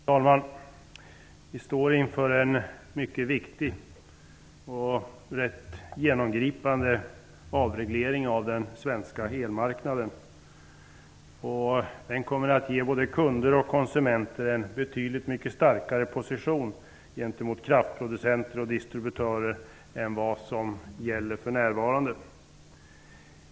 Herr talman! Vi står inför en mycket viktig och rätt genomgripande avreglering av den svenska elmarknaden. Den kommer att ge både kunder och konsumenter en betydligt starkare position gentemot kraftproducenter och distributörer än vad som gäller för närvarande.